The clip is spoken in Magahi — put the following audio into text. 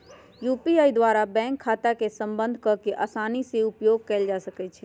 यू.पी.आई द्वारा बैंक खता के संबद्ध कऽ के असानी से उपयोग कयल जा सकइ छै